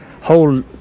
whole